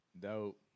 Dope